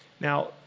Now